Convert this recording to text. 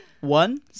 one